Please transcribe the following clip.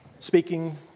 speaking